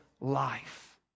life